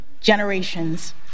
generations